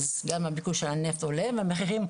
אז גם ביקוש הנפט עולה והמחירים,